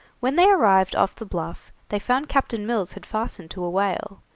when they arrived off the bluff they found captain mills had fastened to a whale,